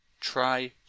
try